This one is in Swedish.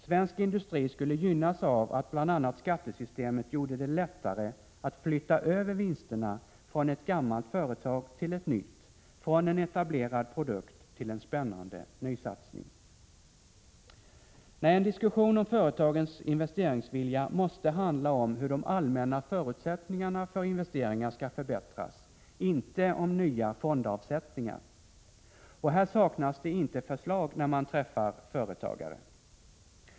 Svensk industri skulle gynnas av att bl.a. skattesystemet gjorde det lättare att flytta över vinsterna från ett gammalt företag till ett nytt, från en etablerad produkt till en spännande nysatsning. Nej, en diskussion om företagens investeringsvilja måste handla om hur de allmänna förutsättningarna för investeringar skall förbättras, inte om nya fondavsättningar. Och här saknas det inte förslag när man träffar företagare.